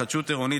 התחדשות עירונית,